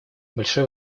большое